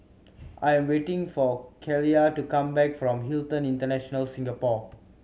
I am waiting for Keila to come back from Hilton International Singapore